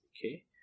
Okay